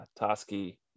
Toski